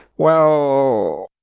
well,